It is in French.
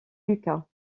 lucas